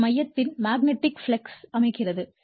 இது மையத்தில் magnetic flux அமைகிறது